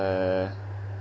err